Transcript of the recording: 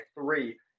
three